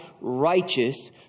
righteous